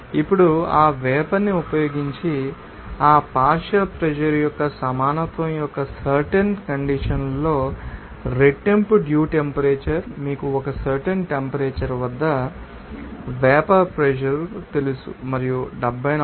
ఇప్పుడు ఆ వేపర్ ని ఉపయోగించి ఆ పార్షియల్ ప్రెషర్ యొక్క సమానత్వం యొక్క సర్టెన్ కండీషన్ లో రెట్టింపు డ్యూ టెంపరేచర్ మీకు ఒక సర్టెన్ టెంపరేచర్ వద్ద వేపర్ ప్రెషర్ తెలుసు మరియు 74